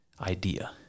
idea